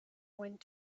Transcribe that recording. went